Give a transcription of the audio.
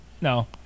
No